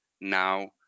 now